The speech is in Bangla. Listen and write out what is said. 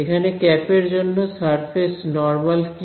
এখানে ক্যাপ এর জন্য সারফেস নর্মাল কি